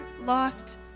lost